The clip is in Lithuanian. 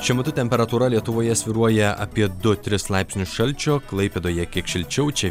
šiuo metu temperatūra lietuvoje svyruoja apie du tris laipsnius šalčio klaipėdoje kiek šilčiau čia